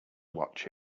watch